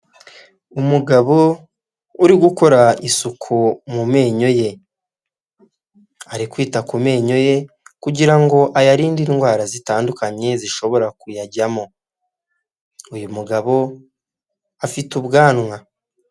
Umugabo uri gukora isuku mu menyo ye ari kwita ku menyo ye kugira ngo ayarinde indwara zitandukanye zishobora kuyajyamo uyu mugabo afite ubwanwa.